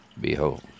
Behold